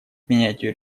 принятию